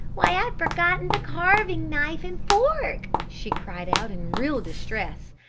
why i've forgotten the carving knife and fork! she cried out in real distress.